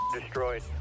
destroyed